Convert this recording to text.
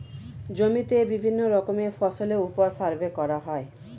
জমিতে বিভিন্ন রকমের ফসলের উপর সার্ভে করা হয়